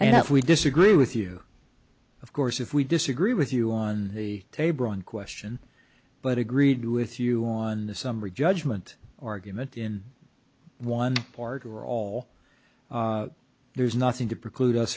and if we disagree with you of course if we disagree with you on a table one question but agreed with you on the summary judgment argument in one part or all there's nothing to preclude us